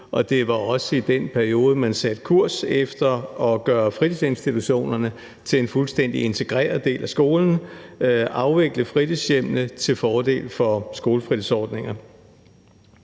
Det var også i den periode, man satte kurs mod at gøre fritidsinstitutionerne til en fuldstændig integreret del af skolen og afvikle fritidshjemmene til fordel for skolefritidsordninger.